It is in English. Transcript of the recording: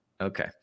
okay